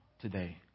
today